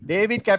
David